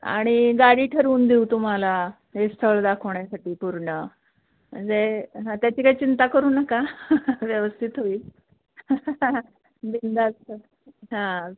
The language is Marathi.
आणि गाडी ठरवून देऊ तुम्हाला हे स्थळ दाखवण्यासाठी पूर्ण म्हणजे हा त्याची काय चिंता करू नका व्यवस्थित होईल बिनधास्त या हां